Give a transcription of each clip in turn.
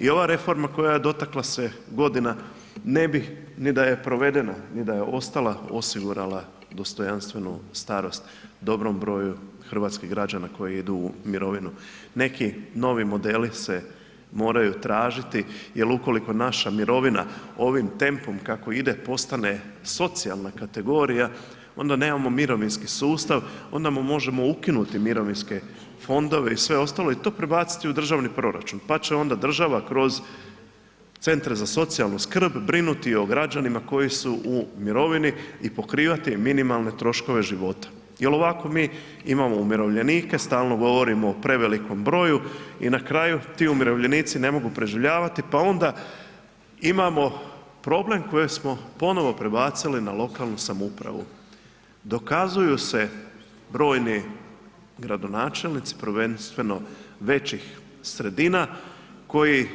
I ova reforma koja je dotakla se godina ne bi ni da je provedena, ni da je ostala osigurala dostojanstvenu starost dobrom broju hrvatskih građana koji idu u mirovinu, neki novi modeli se moraju tražiti jel ukoliko naša mirovina ovim tempom kako ide postane socijalna kategorija, onda nemamo mirovinski sustav, onda mu možemo ukinuti mirovinske fondove i sve ostalo i to prebaciti u državni proračun, pa će onda država kroz centre za socijalnu skrb brinuti o građanima koji su u mirovini i pokrivati im minimalne troškove života jel ovako mi imamo umirovljenike, stalno govorimo o prevelikom broju i na kraju ti umirovljenici ne mogu preživljavati, pa onda imamo problem kojeg smo ponovo prebacili na lokalnu samoupravu, dokazuju se brojni gradonačelnici, prvenstveno većih sredina koji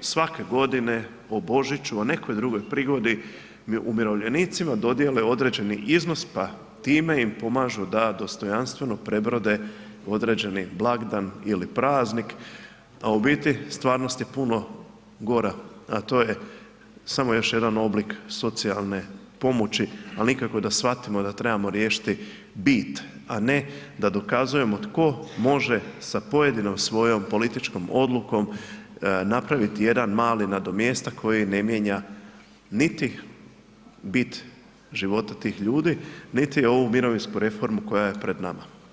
svake godine o Božiću, o nekoj drugoj prigodi umirovljenicima dodijele određeni iznos, pa time im pomažu da dostojanstveno prebrode određeni blagdan ili praznik, a u biti stvarnost je puno gora, a to je samo još jedan oblik socijalne pomoći, al nikako da shvatimo da trebamo riješiti bit, a ne da dokazujemo tko može sa pojedinom svojom političkom odlukom napraviti jedan mali nadomjestak koji ne mijenja niti bit života tih ljudi, niti ovu mirovinsku reformu koja je pred nama.